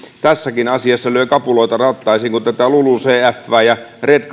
tässäkin asiassa löi kapuloita rattaisiin kun tätä lulucfää ja red